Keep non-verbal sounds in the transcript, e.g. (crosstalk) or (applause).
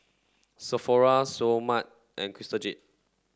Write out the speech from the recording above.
Sephora Seoul Mart and (unintelligible) Jade